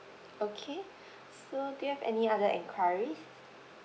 okay so do you have any other enquiries